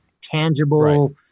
tangible